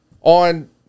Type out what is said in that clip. on